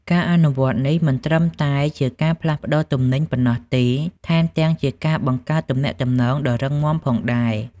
ការអនុវត្តនេះមិនត្រឹមតែជាការផ្លាស់ប្តូរទំនិញប៉ុណ្ណោះទេ ថែមទាំងជាការបង្កើតទំនាក់ទំនងដ៏រឹងមាំផងដែរ។